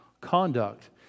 conduct